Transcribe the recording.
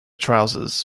trousers